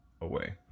away